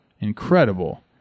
incredible